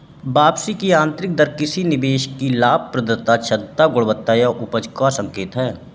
वापसी की आंतरिक दर किसी निवेश की लाभप्रदता, दक्षता, गुणवत्ता या उपज का संकेत है